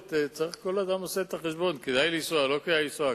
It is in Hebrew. כל אדם עושה את החשבון, כדאי לנסוע לא כדאי לנסוע?